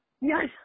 Yes